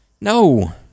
No